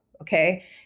Okay